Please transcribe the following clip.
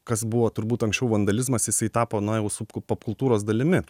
kas buvo turbūt anksčiau vandalizmas jisai tapo na jau sub popkultūros dalimi